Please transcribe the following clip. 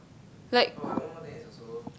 like